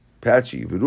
patchy